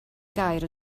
gair